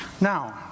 Now